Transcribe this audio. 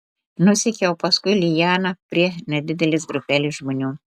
nusekiau paskui lianą prie nedidelės grupelės žmonių